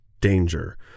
danger